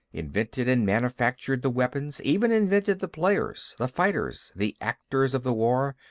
invented and manufactured the weapons, even invented the players, the fighters, the actors of the war.